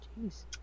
Jeez